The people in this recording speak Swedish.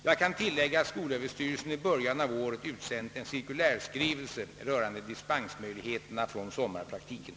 Jag kan tillägga att skolöverstyrelsen i början av året utsänt en cirkulärskrivelse rörande dispensmöjligheterna från sommarpraktiken.